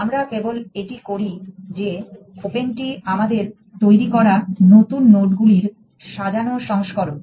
আমরা কেবল এটি করি যে ওপেনটি আমাদের তৈরি করা নতুন নোডগুলির সাজানো সংস্করণ